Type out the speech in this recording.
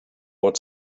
what